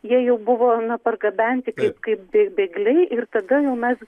jie jau buvome na pargabenti kaip kaip bėgliai ir tada jau mes